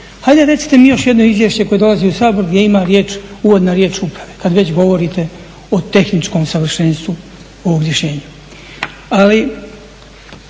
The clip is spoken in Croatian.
Hajde recite mi još jedno izvješće koje dolazi u Sabor gdje ima riječ uvodna riječ uprave, kada već govorite o tehničkom savršenstvu u ovom …